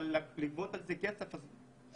אבל לא יכלו לגבות כסף על זה.